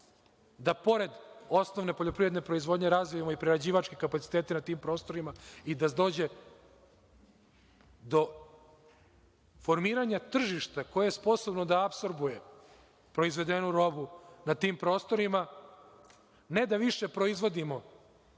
da pored osnovne poljoprivredne proizvodnje razvijemo i prerađivačke kapacitete na tim prostorima, i da dođe do formiranja tržišta koje je sposobno da apsorbuje proizvedenu robu na tim prostorima. Ne da više proizvodimo